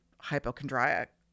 hypochondriac